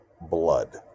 blood